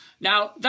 Now